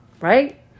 Right